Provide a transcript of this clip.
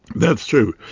that's true.